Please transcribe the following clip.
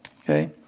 Okay